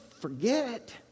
forget